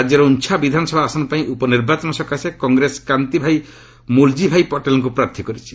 ରାଜ୍ୟର ଉଞ୍ଜା ବିଧାନସଭା ଆସନ ପାଇଁ ଉପନିର୍ବାଚନ ସକାଶେ କଂଗ୍ରେସ କାନ୍ତିଭାଇ ମୁଲଜୀଭାଇ ପଟେଲଙ୍କୁ ପ୍ରାର୍ଥୀ କରିଛି